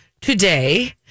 today